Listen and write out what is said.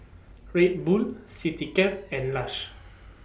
Red Bull Citycab and Lush